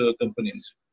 companies